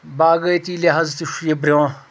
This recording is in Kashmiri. باغٲتی لِحاظ تہِ چھُ یہِ برٛۄنٛہہ